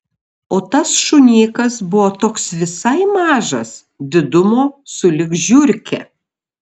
o tas šunėkas buvo toks visai mažas didumo sulig žiurke